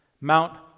Mount